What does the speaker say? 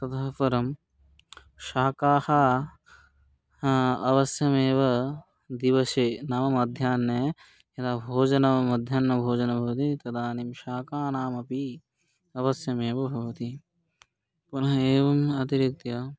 ततः परं शाकानि अवश्यमेव दिवसे नाम मध्याह्ने यदा भोजन मध्याह्नभोजनं भवति तदानीं शाकानामपि अवश्यमेव भवति पुनः एवम् अतिरित्य